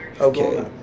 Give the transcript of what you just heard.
okay